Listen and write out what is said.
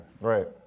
Right